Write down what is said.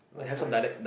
okay